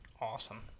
awesome